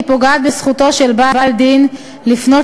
היא פוגעת בזכותו של בעל דין לפנות